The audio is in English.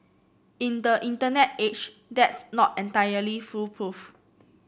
in the Internet age that's not entirely foolproof